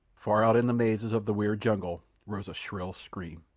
far out in the mazes of the weird jungle, rose a shrill scream.